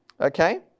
okay